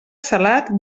salat